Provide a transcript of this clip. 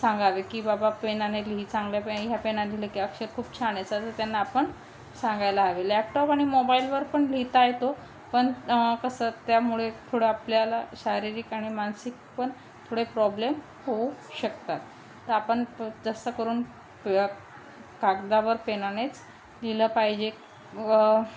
सांगावे की बाबा पेनाने लिही चांगल्या पे ह्या पेनाने लिहीलं की अक्षर खूप छान आहे असं त्यांना आपण सांगायला हवे लॅपटॉप आणि मोबाईलवर पण लिहिता येतो पण कसं त्यामुळे थोडं आपल्याला शारीरिक आणि मानसिक पण थोडे प्रॉब्लेम होऊ शकतात तर आपण जास्त करून कागदावर पेनानेच लिहिलं पाहिजे व